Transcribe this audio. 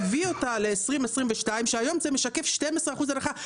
והביא אותה ל-2022, כשהיום זה משקף 12% הנחה.